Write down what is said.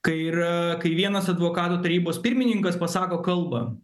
kai ir kai vienas advokatų tarybos pirmininkas pasako kalbą